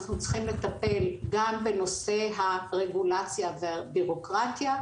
אנחנו צריכים לטפל גם בנושא הרגולציה והבירוקרטיה.